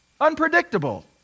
Unpredictable